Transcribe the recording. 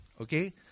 Okay